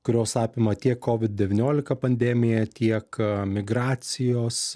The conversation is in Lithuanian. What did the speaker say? kurios apima tiek kovid devyniolika pandemiją tiek migracijos